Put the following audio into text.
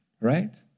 right